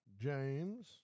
James